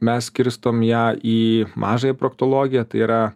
mes skirstom ją į mažąją proktologiją tai yra